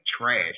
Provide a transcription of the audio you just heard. trash